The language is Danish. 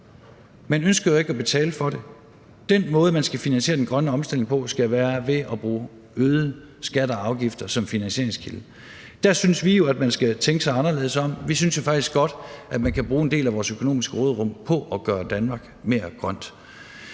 Man ønsker jo ikke at betale for det; den måde, man skal finansiere den grønne omstilling på, skal være ved at bruge øgede skatter og afgifter som finansieringskilde. Der synes vi jo, at man skal tænke sig anderledes bedre om. Vi synes jo faktisk godt, at man kan bruge en del af vores økonomiske råderum på at gøre Danmark mere grønt.